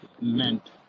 meant